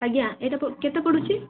ଆଜ୍ଞା ଏହିଟା କେତେ ପଡ଼ୁଛି